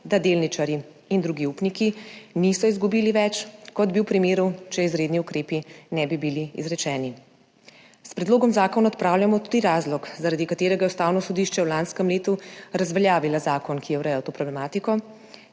da delničarji in drugi upniki niso izgubili več, kot bi v primeru, če izredni ukrepi ne bi bili izrečeni. S predlogom zakona odpravljamo tudi razlog, zaradi katerega je Ustavno sodišče v lanskem letu razveljavilo zakon, ki je urejal to problematiko.